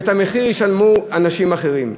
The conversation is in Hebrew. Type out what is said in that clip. ואת המחיר ישלמו אנשים אחרים.